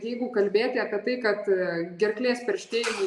jeigu kalbėti apie tai kad gerklės perštėjimui